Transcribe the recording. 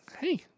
Hey